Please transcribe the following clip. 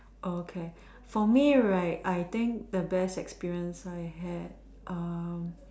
okay for me right I think the best experience I had um